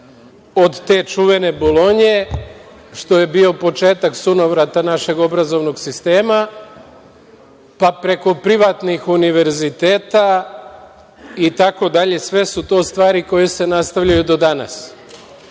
od te čuvene bolonje, što je bio početak sunovrata našeg obrazovnog sistema, pa preko privatnih univerziteta itd, sve su to stvari koje se nastavljaju do danas. Osam